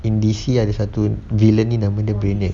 in D_C ada satu villain ni namanya Brainiac